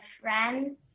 friends